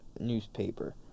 newspaper